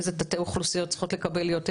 איזה תתי אוכלוסיות צריכות לקבל יותר